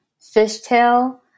fishtail